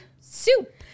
soup